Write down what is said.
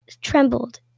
trembled